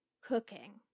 cooking